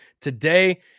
today